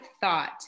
thought